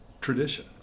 tradition